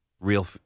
Real